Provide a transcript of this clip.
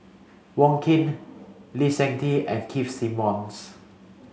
Wong Keen Lee Seng Tee and Keith Simmons